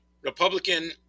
Republican